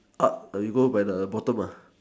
we go by the bottom